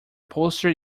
poster